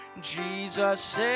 jesus